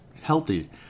healthy